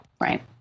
Right